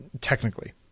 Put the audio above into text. technically